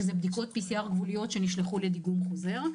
שזה בדיקות PCR גבוליות שנשלחו לדיגום חוזר.